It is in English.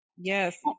Yes